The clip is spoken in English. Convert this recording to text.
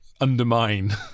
undermine